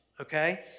Okay